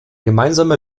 gemeinsame